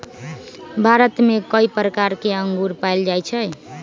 भारत में कई प्रकार के अंगूर पाएल जाई छई